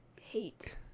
hate